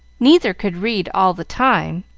neither could read all the time,